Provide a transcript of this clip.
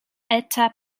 eta